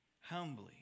humbly